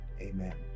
amen